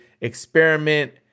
Experiment